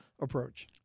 approach